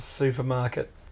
Supermarket